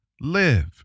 live